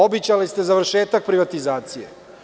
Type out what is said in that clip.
Obećali ste završetak privatizacije.